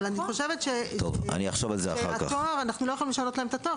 אבל אני חושבת שאנחנו לא יכולים לשנות להם את התואר,